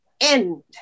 end